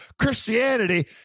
Christianity